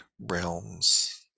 realms